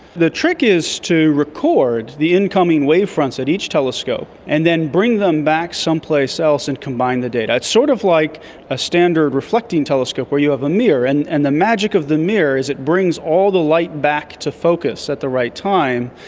the trick is to record the incoming wave fronts at each telescope, and then bring them back someplace else and combine the data. it's sort of like a standard reflecting telescope where you have a mirror, and and the magic of the mirror is it brings all the light back to focus at the right time.